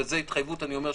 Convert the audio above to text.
וזו ההתחייבות שלנו,